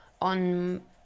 on